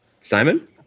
Simon